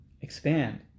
expand